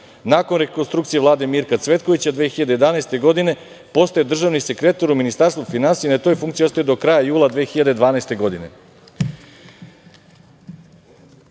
Nakon rekonstrukcije Vlade Mirka Cvetkovića, 2011. godine, postaje državni sekretar u Ministarstvu finansija i na toj funkciji ostaje do kraja jula 2012. godine. Ovako